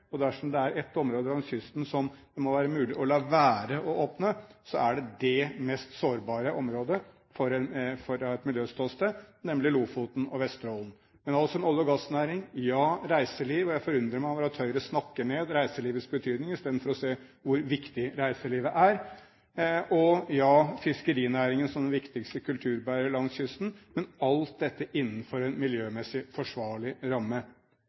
Og dersom det er ett område langs kysten som det må være mulig å la være å åpne, så er dét det mest sårbare området sett fra et miljøståsted, nemlig Lofoten og Vesterålen. Men vi har også en olje- og gassnæring, og ja, reiseliv – jeg forundrer meg over at Høyre snakker ned reiselivets betydning i stedet for å se hvor viktig reiselivet er – og ja, en fiskerinæring, som er den viktigste kulturbæreren langs kysten, men alt dette innenfor en miljømessig forsvarlig ramme.